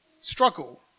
struggle